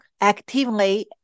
actively